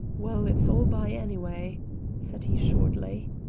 well, it's all by, anyway, said he shortly.